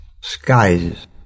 skies